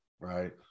right